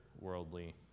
worldly